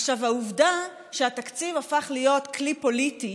עכשיו, העובדה שהתקציב הפך להיות כלי פוליטי